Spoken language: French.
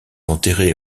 enterré